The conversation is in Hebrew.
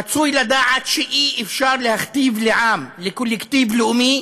רצוי לדעת שאי-אפשר להכתיב לעם, לקולקטיב לאומי,